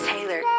Taylor